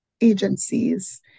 agencies